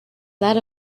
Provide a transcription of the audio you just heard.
that